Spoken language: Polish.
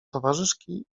towarzyszki